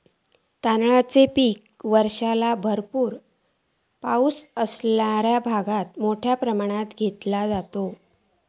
तांदळाचा पीक वर्षाक भरपूर पावस असणाऱ्या भागात मोठ्या प्रमाणात घेतला जाता